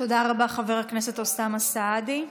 תודה רבה, חבר הכנסת אוסאמה סעדי.